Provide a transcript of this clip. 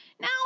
now